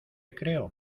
creo